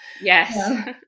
Yes